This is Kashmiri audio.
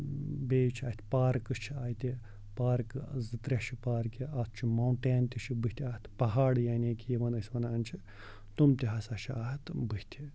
بیٚیہِ چھُ اَتھ پارکہٕ چھِ اَتہِ پارکہٕ زٕ ترے چھِ پارکہِ اَتھ چھُ موٹین تہِ چھُ بٕتھِ اَتھ پَہاڑ یعنی کہِ یِمن أسۍ وَنان چھِ تِم تہِ ہسا چھِ اَتھ بٕتھِ